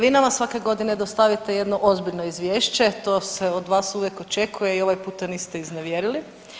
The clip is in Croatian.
Vi nama svake godine dostavite jedno ozbiljno izvješće, to se od vas uvijek očekuje i ovaj puta niste iznevjerili.